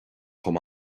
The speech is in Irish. chomh